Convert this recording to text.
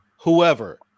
whoever